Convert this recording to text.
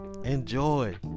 enjoy